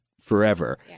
forever